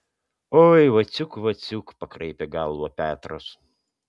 oi vaciuk vaciuk pakraipė galvą petras